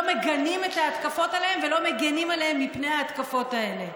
לא מגנים את ההתקפות עליהם ולא מגינים עליהם מפני ההתקפות האלה.